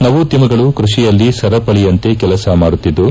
ನವೋದ್ಯಮಗಳು ಕೃಷಿಯಲ್ಲಿ ಸರಪಳಿಯಂತೆ ಕೆಲಸ ಮಾಡುತ್ತಿದ್ದು